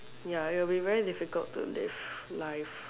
ya it will be very difficult to live life